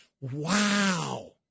wow